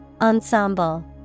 Ensemble